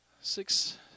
six